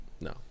No